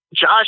Josh